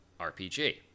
RPG